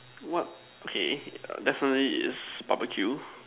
what okay definitely is barbeque